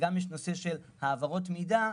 וגם יש נושא של העברות מידע,